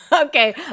Okay